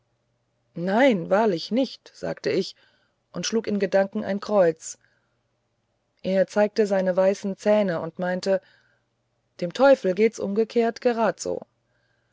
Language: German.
nein wahrlich nicht sagte ich und schlug in gedanken ein kreuz er zeigte seine weißen zähne und meinte dem teufel geht's umgekehrt gerad so